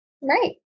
right